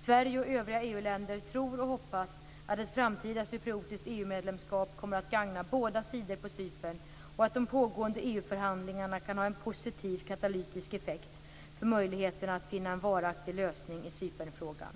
Sverige och övriga EU-länder tror och hoppas att ett framtida cypriotiskt EU-medlemskap kommer att gagna båda sidor på Cypern och att de pågående EU förhandlingarna kan ha en positiv katalytisk effekt för möjligheterna att finna en varaktig lösning i Cypernfrågan.